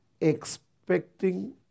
expecting